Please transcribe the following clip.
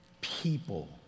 people